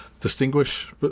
distinguish